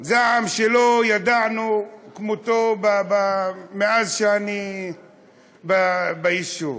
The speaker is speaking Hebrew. זעם שלא ידענו כמותו מאז שאני ביישוב.